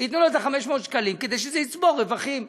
ייתנו לו את 500 השקלים כדי שזה יצבור רווחים.